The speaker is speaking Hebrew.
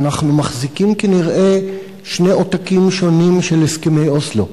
אנחנו מחזיקים כנראה שני עותקים שונים של הסכמי אוסלו,